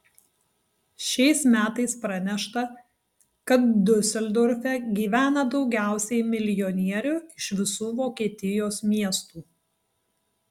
šiais metais pranešta kad diuseldorfe gyvena daugiausiai milijonierių iš visų vokietijos miestų